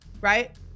right